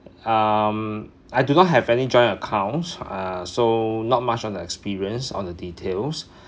um I do not have any joint accounts uh so not much on the experience or the details